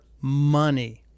money